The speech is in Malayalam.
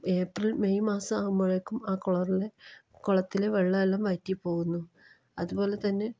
ഏപ്രിൽ മെയ് മാസമാകുമ്പോഴേക്കും ആ കുളത്തിലെ കൊളത്തിലെ വെള്ളം എല്ലാം വറ്റിപ്പോകുന്നു അതുപോലെ തന്നെ